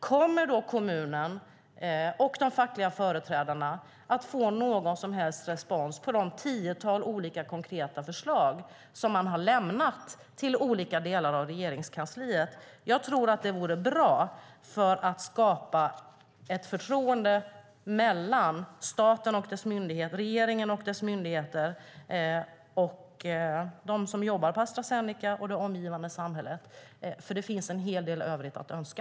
Kommer kommunen och de fackliga företrädarna då att få någon som helst respons på det tiotal olika konkreta förslag de har lämnat till olika delar av Regeringskansliet? Jag tror att det vore bra för att skapa ett förtroende mellan regeringen och dess myndigheter, de som jobbar på Astra Zeneca och det omgivande samhället. Det finns nämligen en hel del övrigt att önska.